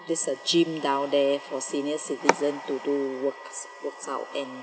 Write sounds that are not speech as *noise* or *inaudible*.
there's a gym down there for senior citizen *noise* to do works works out